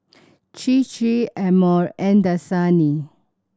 Chir Chir Amore and Dasani